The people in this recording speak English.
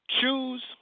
choose